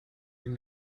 can